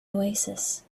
oasis